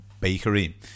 bakery